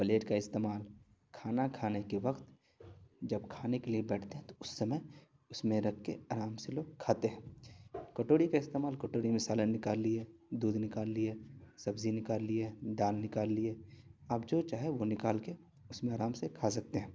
plate کا استعمال کھانا کھانے کے وقت جب کھانے کے لیے بیٹھتے ہیں تو اس سمئے اس میں رکھ کے آرام سے لوگ کھاتے ہیں کٹوری کا استعمال کٹوری میں سالن نکال لیے دودھ نکال لیے سبزی نکال لیے دال نکال لیے آپ جو چاہیں وہ نکال کے اس میں آرام سے کھا سکتے ہیں